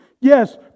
Yes